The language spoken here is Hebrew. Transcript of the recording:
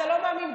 אתה לא מאמין,